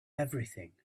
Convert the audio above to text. everything